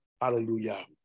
Hallelujah